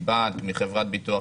מחברת ביטוח,